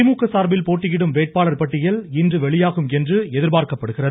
திமுக சார்பில் போட்டியிடும் வேட்பாளர் பட்டியல் இன்று வெளியாகும் என்று எதிர்பார்க்கப்படுகிறது